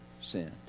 sinned